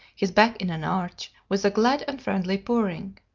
his back in an arch, with a glad and friendly purring.